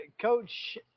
Coach